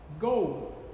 go